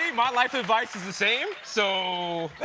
my life advice is the same. so